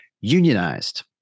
unionized